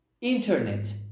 internet